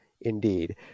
indeed